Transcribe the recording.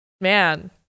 Man